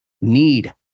Need